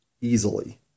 easily